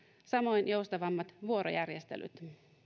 samoin joustavammat vuorojärjestelyt